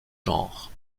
genres